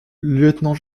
lieutenant